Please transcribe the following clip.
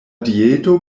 dieto